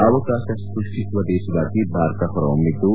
ಅವಕಾಶ ಸೃಷ್ಟಿಸುವ ದೇಶವಾಗಿ ಭಾರತ ಹೊರಹೊಮ್ದಿದ್ದು